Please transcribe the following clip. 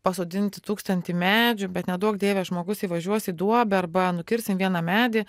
pasodinti tūkstantį medžių bet neduok dieve žmogus įvažiuos į duobę arba nukirsim vieną medį